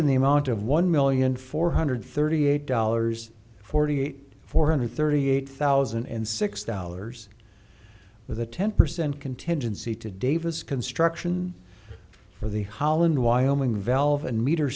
in the amount of one million four hundred thirty eight dollars forty eight four hundred thirty eight thousand and six dollars with a ten percent contingency to davis construction for the holland wyoming valve and meter